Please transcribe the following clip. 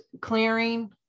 clearing